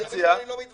על זה אני לא מתווכח.